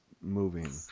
moving